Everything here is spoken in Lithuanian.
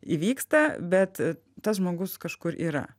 įvyksta bet tas žmogus kažkur yra